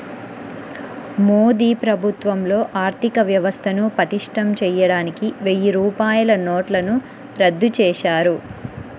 మోదీ ప్రభుత్వంలో ఆర్ధికవ్యవస్థను పటిష్టం చేయడానికి వెయ్యి రూపాయల నోట్లను రద్దు చేశారు